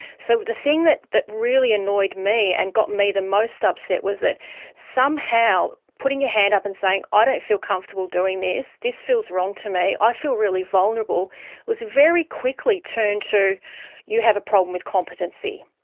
so the thing that that really annoyed me and got me the most upset was that somehow putting your hand up and saying, i ah don't feel comfortable doing this, this feels wrong to me, i feel really vulnerable was very quickly turned to you have a problem with competency.